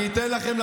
אתן לכם,